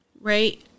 right